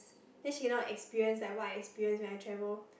then she not experience like what I experience when I travel